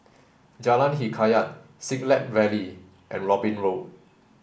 Jalan Hikayat Siglap Valley and Robin Road